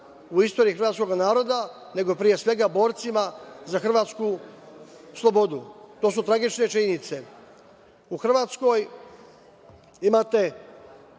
u istoriji hrvatskog naroda, nego pre svega borcima za hrvatsku slobodu. To su tragične činjenice. U Hrvatskoj imate